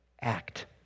act